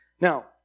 Now